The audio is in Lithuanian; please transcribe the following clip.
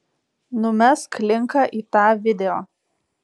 numesk linką į tą video